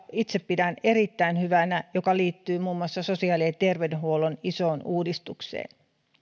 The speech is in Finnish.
itse pidän erittäin hyvänä ja joka liittyy muun muassa sosiaali ja terveydenhuollon isoon uudistukseen